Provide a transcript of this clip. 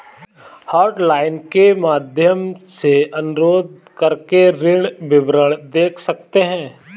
hotline के माध्यम से अनुरोध करके ऋण विवरण देख सकते है